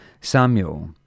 Samuel